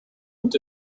und